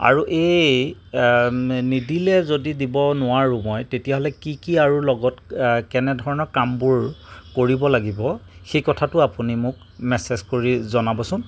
আৰু এই নিদিলে যদি দিব নোৱাৰো মই তেতিয়াহ'লে কি কি আৰু লগত কেনেধৰণৰ কামবোৰ কৰিব লাগিব সেইকথাটো আপুনি মোক মেছেছ কৰি জনাবচোন